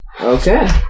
Okay